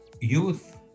youth